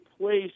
place